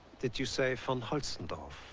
did you say von holzendorf?